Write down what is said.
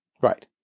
Right